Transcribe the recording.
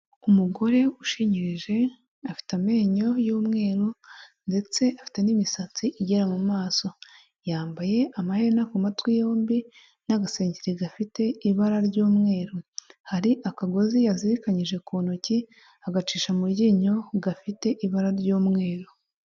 Umugore ushinkiririje afite amenyo y'umweru ndetse afite n'imisatsi igera mu maso, yambaye amahena ku matwi yombi n'agasengengeri gafite ibara ry'umweru hari akagozi yazirikanyije ku ntoki agacisha muryinyo gafite ibara ry'umweru.